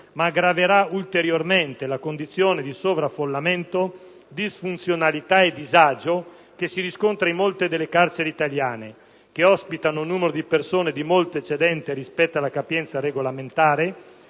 ma aggraverà ulteriormente la condizione di sovraffollamento, disfunzionalità e disagio che si riscontra in molte delle carceri italiane che ospitano un numero di persone di molto eccedente rispetto alla capienza regolamentare,